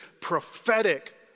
prophetic